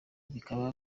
bikaba